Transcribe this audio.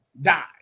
die